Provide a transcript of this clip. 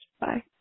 Bye